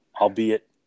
albeit